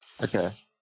Okay